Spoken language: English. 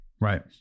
right